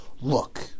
look